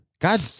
God